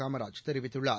காமராஜ் தெரிவித்துள்ளார்